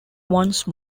once